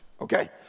Okay